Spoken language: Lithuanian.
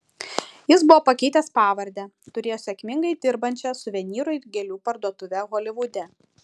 jis buvo pakeitęs pavardę turėjo sėkmingai dirbančią suvenyrų ir gėlių parduotuvę holivude